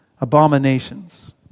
Abominations